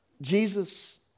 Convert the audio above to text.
Jesus